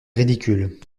ridicule